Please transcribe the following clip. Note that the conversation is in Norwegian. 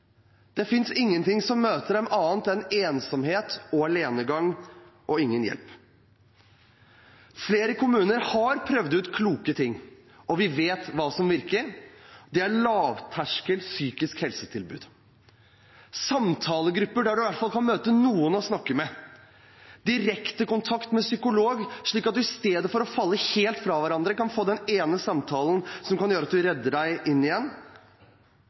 Det finnes ingenting som møter dem, annet enn ensomhet, alenegang og ingen hjelp. Flere kommuner har prøvd ut kloke ting, og vi vet hva som virker: Det er lavterskel psykisk helsetilbud – samtalegrupper der man i hvert fall kan møte noen å snakke med, direkte kontakt med psykolog, slik at man i stedet for å falle helt fra hverandre kan få den ene samtalen som kan gjøre at man redder seg inn igjen.